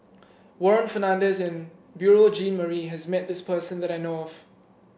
Warren Fernandez and Beurel Jean Marie has met this person that I know of